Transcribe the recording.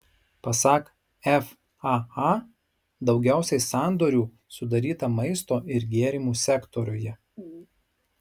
pasak faa daugiausiai sandorių sudaryta maisto ir gėrimų sektoriuje